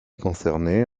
concernées